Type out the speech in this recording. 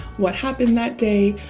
what happened that day,